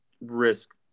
risk